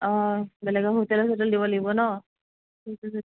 অঁ বেলেগক হোটেল চেোটেল দিব লাগিব ন ঠিক আছে